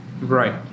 Right